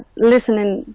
listening,